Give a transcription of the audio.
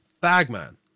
Bagman